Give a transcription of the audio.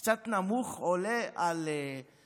הוא קצת נמוך, והוא עולה על ארגז,